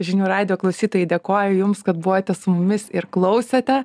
žinių radijo klausytojai dėkoju jums kad buvote su mumis ir klausėte